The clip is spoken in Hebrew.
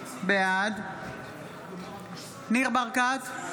בעד ניר ברקת,